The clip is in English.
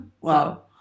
Wow